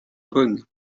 bonnes